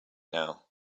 now